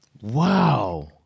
Wow